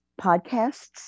podcasts